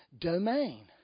Domain